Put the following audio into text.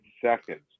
seconds